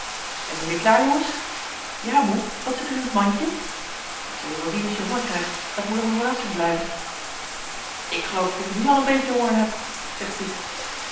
zijn jullie klaar jongens ja moe wat zit er in het mandje dat zul je wel zien als je honger krijgt dat moet nog een verrassing blijven ik geloof dat ik nu al een beetje honger heb zegt piet